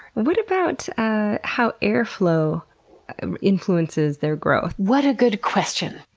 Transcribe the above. what about ah how air flow influences their growth? what a good question!